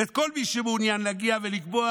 ואת כל מי שמעוניין להגיע ולקבוע